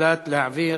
הוחלט להעביר